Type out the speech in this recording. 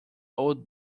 old